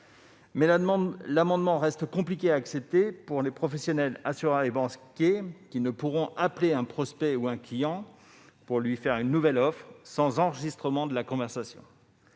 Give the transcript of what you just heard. mais l'amendement reste compliqué à accepter pour les professionnels, assureurs et banquiers, qui ne pourront appeler un prospect ou un client pour lui faire une nouvelle offre sans enregistrer la conversation.